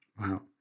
Wow